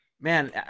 Man